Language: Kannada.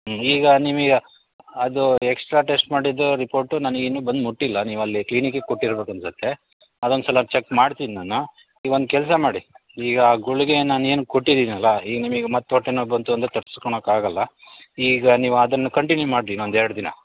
ಹ್ಞೂ ಈಗ ನೀವೀಗ ಅದು ಎಕ್ಸ್ಟ್ರಾ ಟೆಸ್ಟ್ ಮಾಡಿದ್ದು ರಿಪೋರ್ಟು ನನಗೆ ಇನ್ನು ಬಂದು ಮುಟ್ಟಿಲ್ಲ ನೀವು ಅಲ್ಲಿ ಕ್ಲಿನಿಕ್ಕಿಗೆ ಕೊಟ್ಟಿರ್ಬೇಕು ಅನ್ಸತ್ತೆ ಅದೊಂದ್ಸಲ ಚಕ್ ಮಾಡ್ತೀನಿ ನಾನು ಈಗ ಒಂದು ಕೆಲಸ ಮಾಡಿ ಈಗ ಆ ಗುಳಿಗೆ ನಾನು ಏನು ಕೊಟ್ಟಿದೀನಲ್ಲ ಈಗ ನಿಮಗ್ ಮತ್ತೆ ಹೊಟ್ಟೆ ನೋವು ಬಂತು ಅಂದ್ರೆ ತಪ್ಸ್ಕಳಕ್ ಆಗಲ್ಲ ಈಗ ನೀವು ಅದನ್ನು ಕಂಟಿನ್ಯೂ ಮಾಡಿ ಇನ್ನೊಂದು ಎರಡು ದಿನ